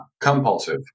compulsive